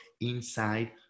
inside